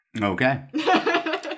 Okay